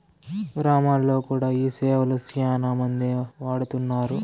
గ్రామాల్లో కూడా ఈ సేవలు శ్యానా మందే వాడుతున్నారు